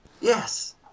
Yes